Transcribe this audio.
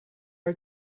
are